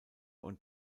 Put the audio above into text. und